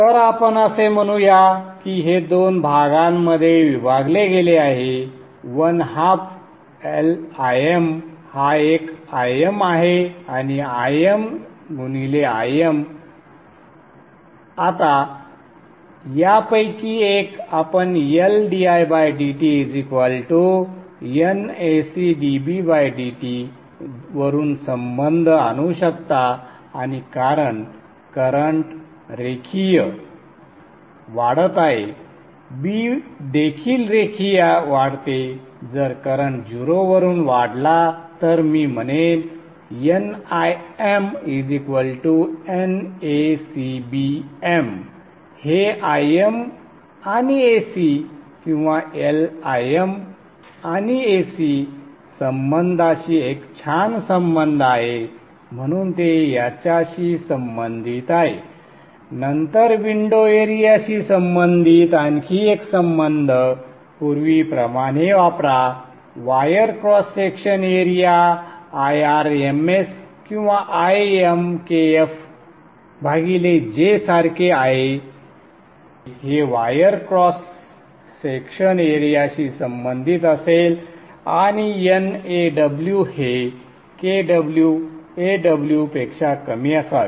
तर आपण असे म्हणू या की हे दोन भागांमध्ये विभागले गेले आहे 12 हा एक Im आहे आणि आता यापैकी एक आपण LdidtNAcdBdt वरून संबंध आणू शकता आणि कारण करंट रेखीय संदर्भ वेळ 0447 वाढत आहे B देखील रेखीय वाढते जर करंट 0 वरून वाढला तर मी म्हणेन NImNAcBm हे Im आणि Ac किंवा LIm आणि Ac संबंधांशी एक छान संबंध आहे म्हणून ते याच्याशी संबंधित आहे नंतर विंडो एरियाशी संबंधित आणखी एक संबंध पूर्वीप्रमाणे वापरा wire cross section area Irms किंवा ImKfJ सारखे आहे हे वायर क्रॉस सेक्शन एरियाशी संबंधित असेल आणि NAw हे kwAw पेक्षा कमी असावे